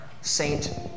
saint